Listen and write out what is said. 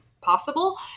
possible